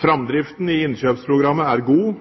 Framdriften i innkjøpsprogrammet er god.